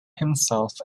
himself